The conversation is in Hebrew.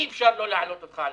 אי אפשר לא להעלות אותך לטיסה.